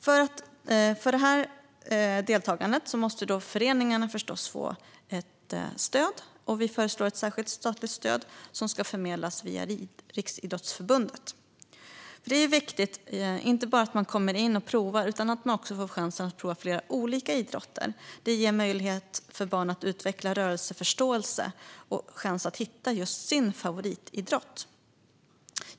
För detta deltagande måste föreningarna förstås få stöd, och vi föreslår ett särskilt statligt stöd som förmedlas via Riksidrottsförbundet. Det är viktigt att man inte bara kommer in och provar utan också att man får chansen att prova flera olika idrotter. Detta ger möjlighet för barn att utveckla rörelseförståelse och chans att hitta sin favoritidrott.